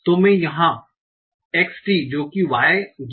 तो यहाँ मैं xt जो की y